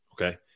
okay